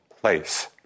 place